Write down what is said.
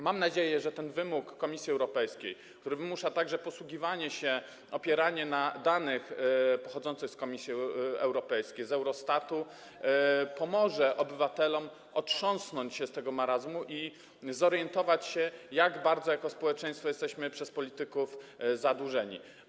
Mam nadzieję, że ten wymóg Komisji Europejskiej, który powoduje także konieczność posługiwania się, opierania się na danych pochodzących z Komisji Europejskiej, z Eurostatu, pomoże obywatelom otrząsnąć się z tego marazmu i zorientować się, jak bardzo jako społeczeństwo jesteśmy przez polityków zadłużeni.